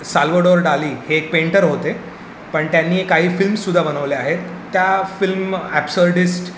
Salvador Dali हे एक painter होते पण त्यांनी काही फिल्मसुद्धा बनवल्या आहेत त्या फिल्म ॲप्सर्डिस्ट